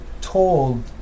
told